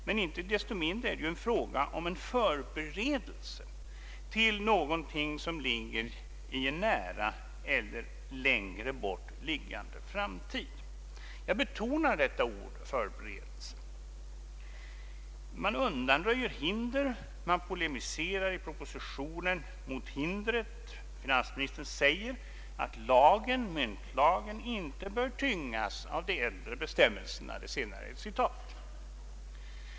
Men inte desto mindre är det ju fråga om en förberedelse till någonting som ryms i en nära eller längre bort liggande framtid. Jag betonar detta ord förberedelse. Man undanröjer hinder, man polemiserar i propositionen mot sådana. Finansministern säger att myntlagen inte bör tyngas av de äldre bestämmelserna.